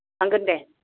थांगोन दे